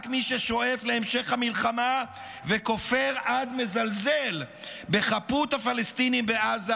רק מי ששואף להמשך המלחמה וכופר עד מזלזל בחפות הפלסטינים בעזה,